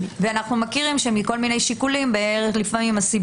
אנו מכירים שמכל מיני שיקולים הסיווג